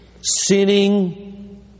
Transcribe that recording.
sinning